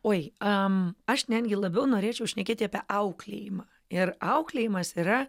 oi am aš netgi labiau norėčiau šnekėti apie auklėjimą ir auklėjimas yra